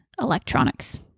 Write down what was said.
electronics